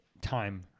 time